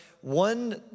one